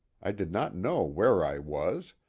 i did not know where i was,